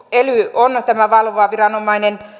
on tämä valvova viranomainen